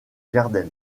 gardens